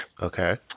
Okay